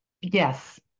Yes